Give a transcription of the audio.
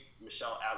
Michelle